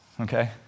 okay